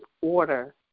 order